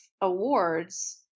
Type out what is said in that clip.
awards